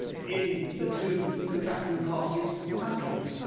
in the two contracting parties' countries.